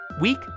week